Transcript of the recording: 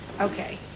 Okay